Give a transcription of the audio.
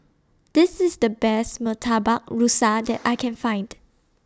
This IS The Best Murtabak Rusa that I Can Find